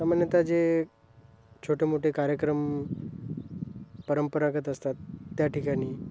सामान्यतः जे छोटे मोठे कार्यक्रम परंपरागत असतात त्या ठिकाणी